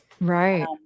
Right